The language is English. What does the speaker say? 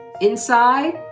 inside